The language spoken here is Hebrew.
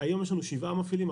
היום יש לנו שבעה מפעילים.